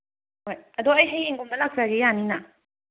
ꯍꯣꯏ ꯑꯗꯣ ꯑꯩ ꯍꯌꯦꯡꯒꯨꯝꯕ ꯂꯥꯛꯆꯒꯦ ꯌꯥꯅꯤꯅ